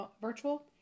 virtual